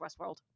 Westworld